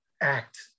act